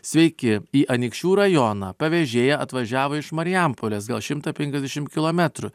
sveiki į anykščių rajoną pavežėja atvažiavo iš marijampolės gal šimtą penkiasdešim kilometrų